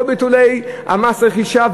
כל ביטולי מס הרכישה,